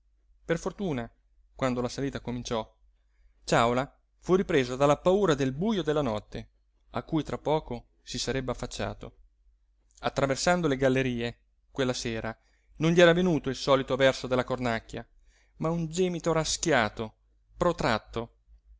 per fortuna quando la salita cominciò ciàula fu ripreso dalla paura del bujo della notte a cui tra poco si sarebbe affacciato attraversando le gallerie quella sera non gli era venuto il solito verso della cornacchia ma un gemito raschiato protratto